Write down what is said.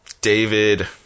David